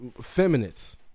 Feminists